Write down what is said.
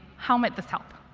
how might this help?